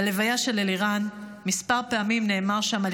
בלוויה של אלירן נאמר כמה פעמים על